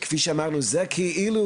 כפי שאמרו, זה כאילו